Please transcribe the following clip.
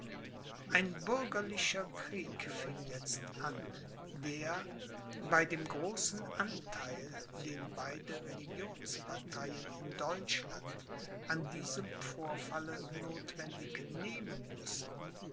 ein bürgerlicher krieg fing jetzt an der bei dem großen antheil den beide religionsparteien in deutschland an diesem vorfalle nothwendig nehmen mußten